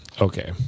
okay